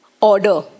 order